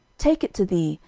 take it to thee,